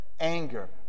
anger